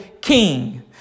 King